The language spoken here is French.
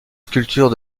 sculpture